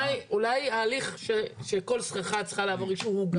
אולי ההליך שכל סככה צריכה לעבור אישור הוא גם לא טוב?